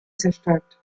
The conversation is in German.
zerstäubt